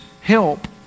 help